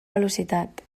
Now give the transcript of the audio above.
velocitat